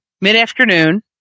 Mid-afternoon